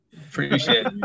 Appreciate